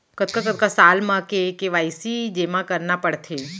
कतका कतका साल म के के.वाई.सी जेमा करना पड़थे?